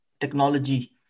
technology